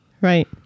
Right